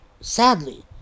sadly